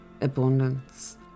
abundance